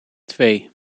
twee